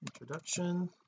introduction